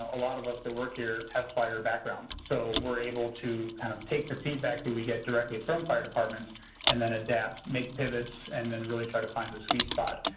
a lot of us that work here have fire backgrounds. so we're able to kind of take the feedback that we get directly from fire departments and then adapt. make pivots. and then really try to find the sweet spot.